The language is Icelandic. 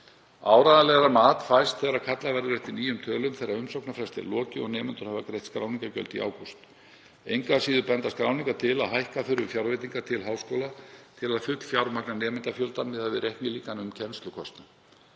Áreiðanlegra mat fæst þegar kallað verður eftir nýjum tölum þegar umsóknarfresti er lokið og nemendur hafa greitt skráningargjöld í ágúst. Engu að síður benda skráningar til að hækka þurfi fjárveitingar til háskóla til að fullfjármagna nemendafjöldann miðað við reiknilíkan um kennslukostnað.